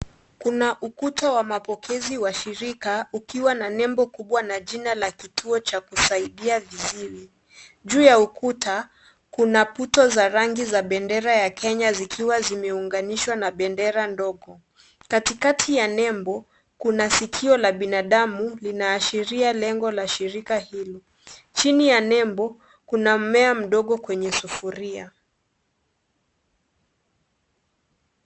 Kuna ukuta wa mapokezi wa shirika ukiwa na nembo kubwa na jina la kituo cha kusaidia viziwi . Juu ya ukuta kuna puto za rangi aa bendera ya Kenya zikiwa zimeunganishwa na bendera ndogo . Katikati ya nembo kuna sikio la binadamu linaashiria lengo la shirika hili . Chini ya nembo kuna mmea mdogo kwenye sufuria .